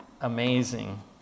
amazing